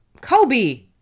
Kobe